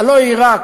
הלוא היא עיראק.